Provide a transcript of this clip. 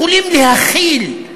יכולים "להכיל"